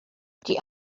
die